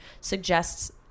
suggests